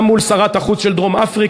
גם מול שרת החוץ של דרום-אפריקה,